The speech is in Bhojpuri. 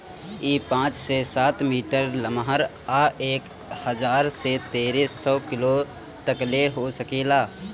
इ पाँच से सात मीटर लमहर आ एक हजार से तेरे सौ किलो तकले हो सकेला